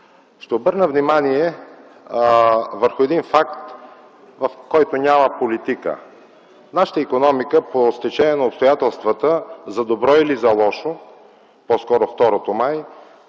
Ще обърна внимание върху един факт, в който няма политика. Нашата икономика, по стечение на обстоятелствата, за добро или за лошо, по-скоро